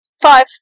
Five